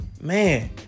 Man